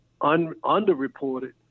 Underreported